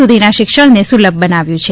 સુધીના શિક્ષણને સુલભ બનાવ્યું છે